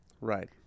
Right